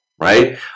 Right